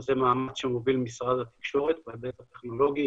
זה מאמץ שמוביל משרד התקשורת בהיבט הטכנולוגי